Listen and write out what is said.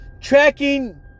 tracking